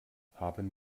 haben